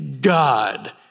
God